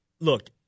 Look